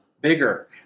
bigger